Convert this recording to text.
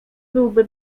byłby